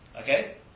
Okay